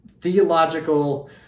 theological